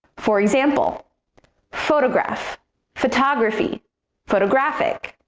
for example photograph photography photographic